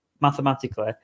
mathematically